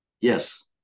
yes